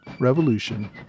Revolution